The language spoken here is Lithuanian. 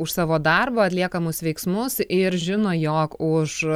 už savo darbo atliekamus veiksmus ir žino jog už